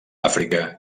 àfrica